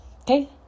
okay